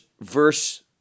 verse